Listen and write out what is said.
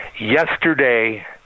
Yesterday